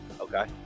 Okay